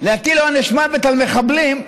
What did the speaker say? להטיל עונש מוות על מחבלים,